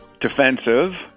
defensive